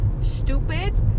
stupid